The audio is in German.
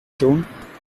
schon